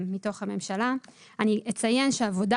ואני רוצה להגיד בפני